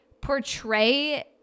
portray